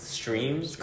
streams